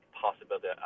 possibility